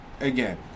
again